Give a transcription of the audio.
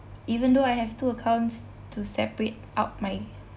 even though I have two accounts to separate out my